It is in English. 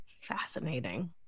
fascinating